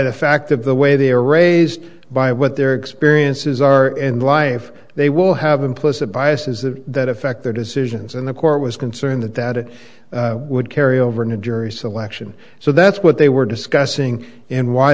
the fact of the way they are raised by what their experiences are in life they will have implicit biases that affect their decisions and the court was concerned that that it would carry over to jury selection so that's what they were discussing and why